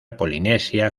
polinesia